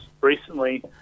recently